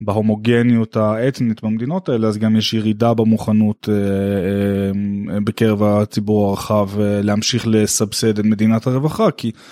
בהומוגניות האתנית במדינות האלה אז גם יש ירידה במוכנות בקרב הציבור הרחב להמשיך לסבסד את מדינת הרווחה כי.